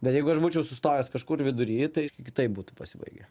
bet jeigu aš būčiau sustojęs kažkur vidury tai kitaip būtų pasibaigę